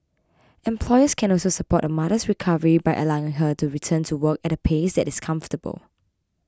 employers can also support a mother's recovery by allowing her to return to work at a pace that is comfortable